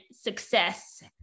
success